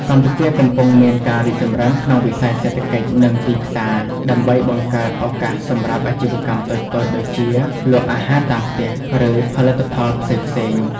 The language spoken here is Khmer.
កម្ពុជាកំពុងមានការរីកចម្រើនក្នុងវិស័យសេដ្ឋកិច្ច និងទីផ្សារ ដើម្បីបង្កើតឱកាសសម្រាប់អាជីវកម្មតូចៗ ដូចជា លក់អាហារតាមផ្ទះ ឬផលិតផលផ្សេងៗ។